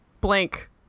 Blank